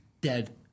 dead